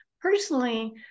personally